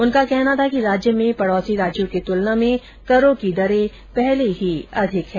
उनका कहना था कि राज्य में पड़ोसी राज्यों की तुलना में करों की दरें पहले ही अधिक हैं